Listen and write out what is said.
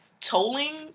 tolling